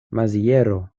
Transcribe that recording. maziero